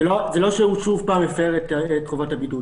זה לא שהוא שוב פעם הפר את חובת הבידוד.